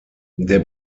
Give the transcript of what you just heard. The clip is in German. der